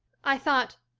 i thought